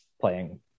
playing